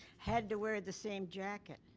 had to wear the same jacket.